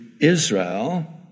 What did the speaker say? Israel